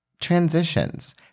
transitions